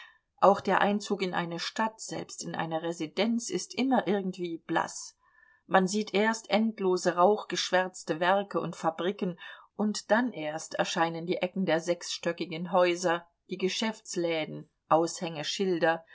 auch der einzug in eine stadt selbst in eine residenz ist immer irgendwie blaß man sieht erst endlose rauchgeschwärzte werke und fabriken und dann erst erscheinen die ecken der sechsstöckigen häuser die geschäftsläden aushängeschilder